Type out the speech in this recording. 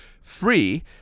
free